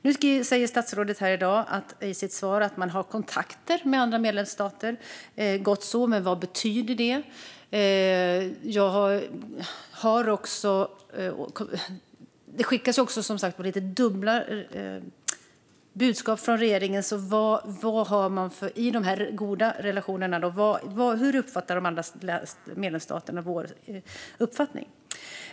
Nu sa statsrådet i sitt svar att man har kontakter med andra medlemsstater - gott så. Men vad betyder det? Det skickas dubbla budskap från regeringen. Jag undrar hur, i dessa goda relationer, de andra medlemsstaterna ser på vår uppfattning.